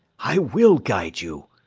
i will guide you!